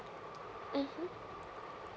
mmhmm